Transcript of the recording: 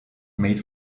made